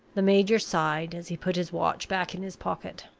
the major sighed as he put his watch back in his pocket.